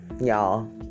y'all